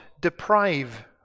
deprive